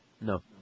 No